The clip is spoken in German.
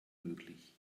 möglich